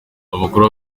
amakuru